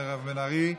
מירב בן ארי,